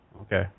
Okay